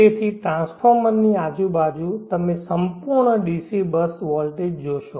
તેથી ટ્રાન્સફોર્મરની આજુ બાજુ તમે સંપૂર્ણ ડીસી બસ વોલ્ટેજ જોશો